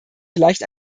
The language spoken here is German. vielleicht